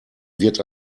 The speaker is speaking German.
wird